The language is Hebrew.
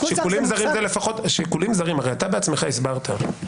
הרי אתה בעצמך הסברת,